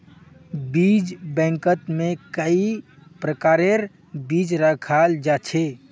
बीज बैंकत में कई प्रकारेर बीज रखाल जा छे